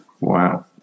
Wow